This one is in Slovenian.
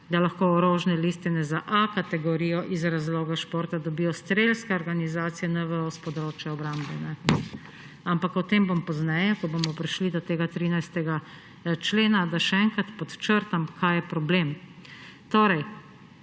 da lahko orožne listine za kategorijo A iz razloga športa dobijo strelske organizacije NVO s področja obrambe. Ampak o tem bom govorila pozneje, ko bomo prišli do 13. člena. Da še enkrat podčrtam, kaj je problem.